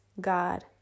God